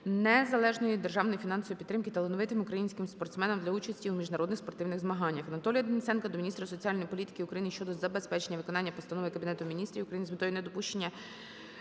належної державної фінансової підтримки талановитим українським спортсменам для участі у міжнародних спортивних змаганнях.